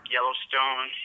Yellowstone